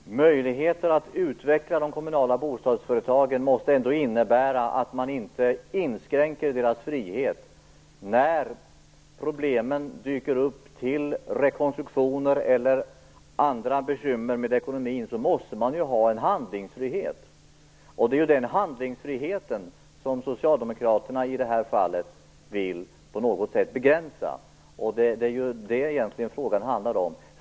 Fru talman! Möjligheterna att utveckla de kommunala bostadsföretagen måste ändå innebära att man inte inskränker deras frihet. När problem dyker upp - det kan gälla rekonstruktioner eller andra bekymmer med ekonomin - måste man ha handlingsfrihet. Den handlingsfriheten vill Socialdemokraterna i det här fallet på något sätt begränsa. Det är vad frågan egentligen handlar om.